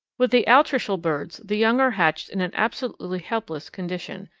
with the altricial birds the young are hatched in an absolutely helpless condition,